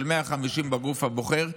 150 בגוף הבוחר.